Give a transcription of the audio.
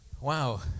Wow